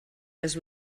les